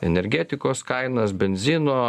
energetikos kainas benzino